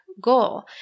goal